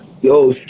Yo